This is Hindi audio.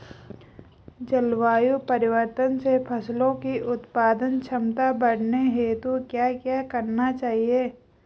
जलवायु परिवर्तन से फसलों की उत्पादन क्षमता बढ़ाने हेतु क्या क्या करना चाहिए?